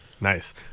Nice